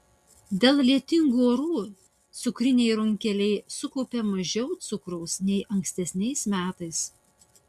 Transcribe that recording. dėl lietingų orų cukriniai runkeliai sukaupė mažiau cukraus nei ankstesniais metais